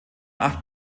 acht